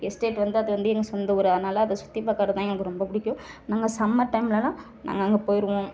estate வந்து அது வந்து எங்கள் சொந்த ஊர் அதனால் அதை சுற்றி பார்க்குறது தான் எனக்கு ரொம்ப பிடிக்கும் நாங்கள் சம்மர் டைம்லலாம் நாங்கள் அங்கே போயிவிடுவோம்